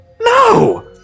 No